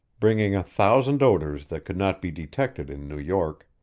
bringing a thousand odors that could not be detected in new york.